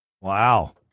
Wow